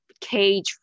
cage